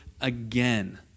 again